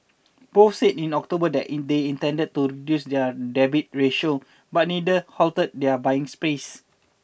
both said in October in they intended to reduce their debt ratio but neither halted their buying sprees